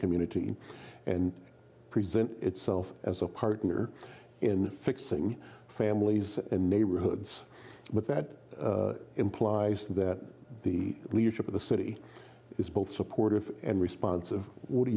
community and present itself as a partner in fixing families and neighborhoods but that implies that the leadership of the city is both supportive and response of what do